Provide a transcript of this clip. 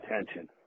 attention